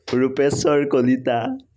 Rupeshwar Kalita